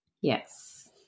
Yes